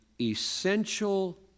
essential